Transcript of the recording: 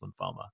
lymphoma